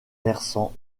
versant